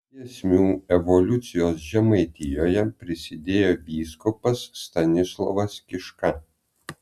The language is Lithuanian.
prie giesmių evoliucijos žemaitijoje prisidėjo vyskupas stanislovas kiška